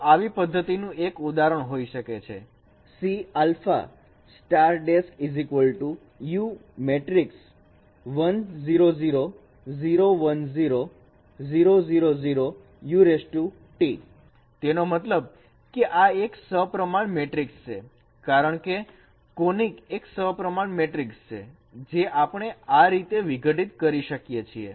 તો આવી પદ્ધતિનું એક ઉદાહરણ હોઈ શકે છે તેનો મતલબ કે આ એક સપ્રમાણ મેટ્રિકસ છે કારણકે કોનીક એક સપ્રમાણ મેટ્રિકસ છે જે આપણે આ રીતે વિઘટિત કરી શકીએ છીએ